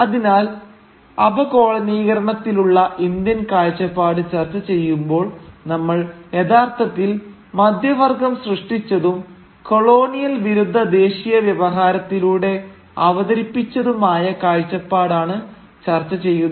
അതിനാൽ അപകോളനീകരണത്തിലുള്ള ഇന്ത്യൻ കാഴ്ചപ്പാട് ചർച്ച ചെയ്യുമ്പോൾ നമ്മൾ യഥാർത്ഥത്തിൽ മധ്യവർഗ്ഗം സൃഷ്ടിച്ചതും കൊളോണിയൽ വിരുദ്ധ ദേശീയ വ്യവഹാരത്തിലൂടെ അവതരിപ്പിച്ചതുമായ കാഴ്ചപ്പാടാണ് ചർച്ച ചെയ്യുന്നത്